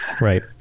Right